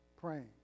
praying